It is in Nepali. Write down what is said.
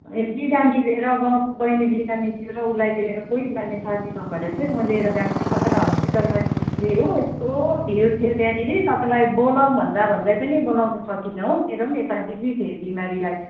ए बिरामी लिएर गाउँको बैनी बिरामी थियो र उसलाई लिएर कोही जाने साथी नभएर चाहिँ मैले लिएर गएको थिएँ तपाईँलाई हस्पिटलमा देखेको थिएँ हो यस्तो भिड थियो त्यहाँनिर तपाईँलाई बोलाऊँ भन्दाभन्दै पनि बोलाउन सकिनँ हो मेरो पनि यता बिजी थिएँ बिमारीलाई